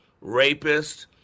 Rapist